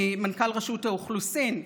ממנכ"ל רשות האוכלוסין,